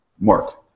Mark